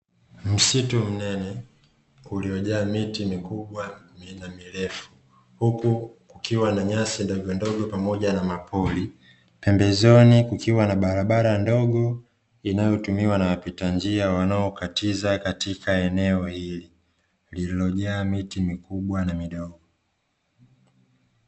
Msiti mnene uliojaa miti mikubwa na mirefu huku kukiwa na nyasi ndogo ndogo pamoja na mapori, pembezoni kukiwa na barabara ndogo inayotumiwa na wapita njia wanao katiza katika eneo hili, lililojaa miti mikubwa na midogo.